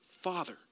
Father